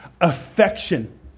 Affection